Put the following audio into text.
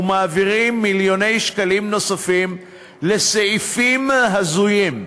ומעבירים מיליוני שקלים נוספים לסעיפים הזויים.